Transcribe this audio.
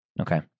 Okay